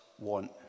want